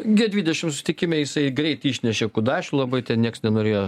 gie dvidešim sutikime jisai greit išnešė kudašių labai ten nieks nenorėjo